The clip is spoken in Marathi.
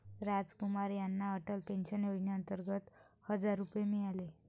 रामकुमार यांना अटल पेन्शन योजनेअंतर्गत हजार रुपये मिळाले